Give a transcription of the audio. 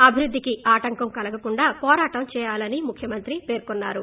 అభివృద్దికి ఆటంకం కలగకుండా పోరాటం ముఖ్యమంత్రి పేర్కొన్నారు